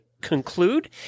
conclude